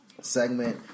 segment